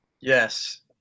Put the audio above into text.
Yes